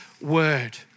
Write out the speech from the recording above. Word